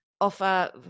offer